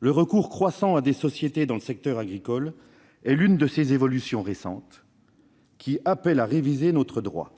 Le recours croissant à des sociétés dans le secteur agricole est l'une de ces évolutions récentes qui appellent à réviser notre droit.